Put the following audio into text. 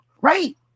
right